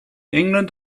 england